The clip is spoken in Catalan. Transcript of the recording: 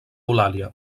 eulàlia